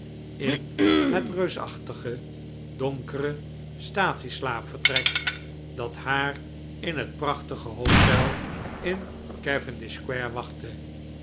in het reusachtige donkere statie slaapvertrek dat haar in het prachtige hotel in cavendish square wachtte